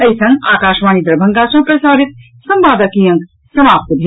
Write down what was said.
एहि संग आकाशवाणी दरभंगा सँ प्रसारित संवादक ई अंक समाप्त भेल